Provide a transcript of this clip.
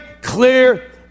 clear